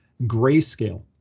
grayscale